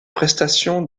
prestations